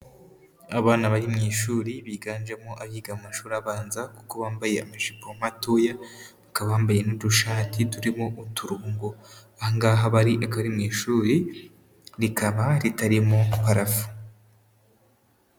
Abana bari mu ishuri, biganjemo abiga mu mashuri abanza kuko bambaye amajipo matoya, akaba bambaye n'udushati turimo uturongo, aha ngaha bari akaba ari mu ishuri, rikaba ritarimo parafo.